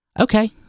okay